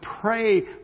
pray